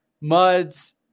muds